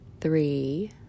three